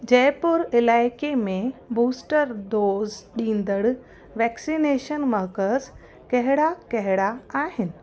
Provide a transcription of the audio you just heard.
जयपुर इलाइक़े में booster dose ॾींदड़ वैक्सनेशन मर्कज़ कहिड़ा कहिड़ा आहिनि